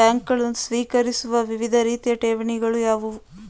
ಬ್ಯಾಂಕುಗಳು ಸ್ವೀಕರಿಸುವ ವಿವಿಧ ರೀತಿಯ ಠೇವಣಿಗಳು ಯಾವುವು?